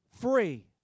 free